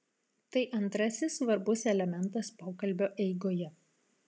tai antrasis svarbus elementas pokalbio eigoje